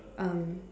um